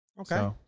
Okay